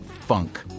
funk